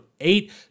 eight